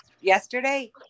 yesterday